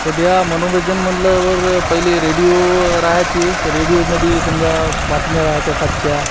सध्या मनोरंजन म्हटल्यावर पहिले रेडिओ राहायचे तर रेडिओमध्ये समजा बातम्या राहायच्या सातच्या